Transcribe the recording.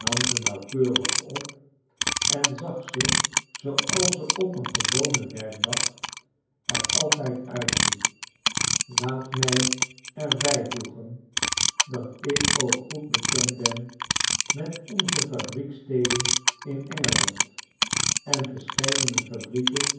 nam ze nauwkeurig op en zag ze zooals ze op een gewonen werkdag er altijd uitzien laat mij er bijvoegen dat ik ook goed bekend ben met onze fabriekssteden in e